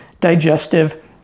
digestive